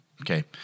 Okay